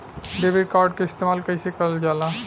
Debit card के इस्तेमाल कइसे करल जाला?